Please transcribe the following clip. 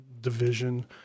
division